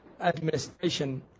administration